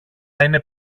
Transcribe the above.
είναι